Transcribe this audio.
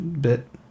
bit